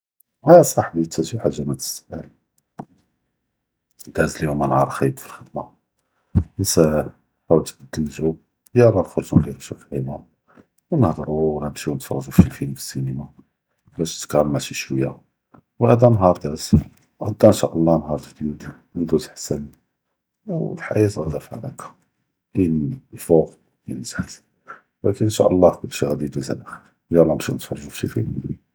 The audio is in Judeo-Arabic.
אא סח’בי טאשי חאגה מא תסטאהל, דאז ליוומא נהאר חאיב פי אלח’דמה נסתו נשא ח’אול תבדל אלג’ו, יאללה נחרגו להיה נושוף לימה ונהדרו וענמשיו נתפרג’ו פי פילם פי סינמה באש תקאלמא שי שוייה, ו האד נהאר דאז וגדא אינשאאללה נהאר חדש ידוז חסן ואלחיאה גאדה פברכה לין פוק לין תחת אבל אינשאאללה כולשי גאידוז עלא חיר, יאללה נמשיו נתפרג’ו פי שי פילם.